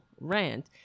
rant